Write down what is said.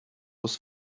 was